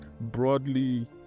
broadly